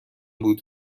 بود